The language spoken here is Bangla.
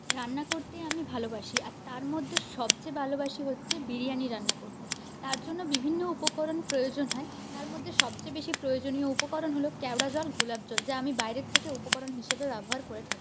রান্না করতে আমি ভালোবাসি আর তার মধ্যে সবচেয়ে ভালোবাসি হচ্ছে বিরিয়ানি রান্না করতে তার জন্য বিভিন্ন উপকরণ প্রয়োজন হয় তার মধ্যে সবচেয়ে বেশি প্রয়োজনীয় উপাকরণ হল কেওড়া জল গোলাপ জল যা আমি বাইরে থেকে উপকরণ হিসাবে ব্যবহার করে থাকি